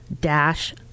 dash